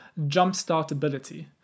jumpstartability